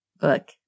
book